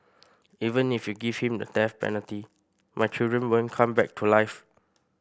even if you give him the death penalty my children won't come back to life